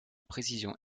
précision